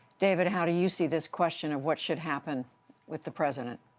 david, how do you see this question of what should happen with the president?